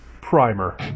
Primer